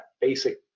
basic